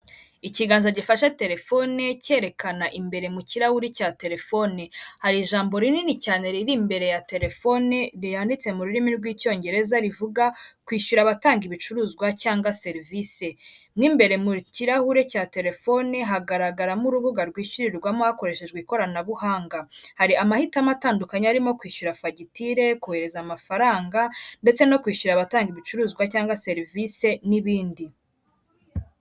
Ikiganza gifasha telefone cyerekana imbere mu kirahuri cya telefone hari ijambo rinini cyane riri imbere ya telefone riyanditse mu rurimi rw'icyongereza rivuga kwishyura abatanga ibicuruzwa cyangwa serivisi. Mo imbere mu kirahure cya telefoni hagaragaramo urubuga rwishyurirwamo hakoreshejwe ikoranabuhanga, hari amahitamo atandukanye arimo kwishyura fagitire kohereza amafaranga ndetse no kwishyura abatanga ibicuruzwa cyangwa serivisi n'ibindi.